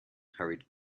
hurried